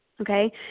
Okay